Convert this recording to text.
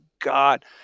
god